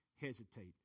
hesitate